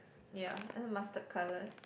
ya mustard colour